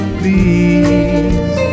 please